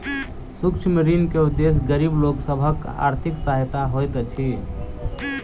सूक्ष्म ऋण के उदेश्य गरीब लोक सभक आर्थिक सहायता होइत अछि